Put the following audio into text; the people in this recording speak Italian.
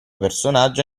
personaggio